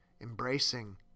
embracing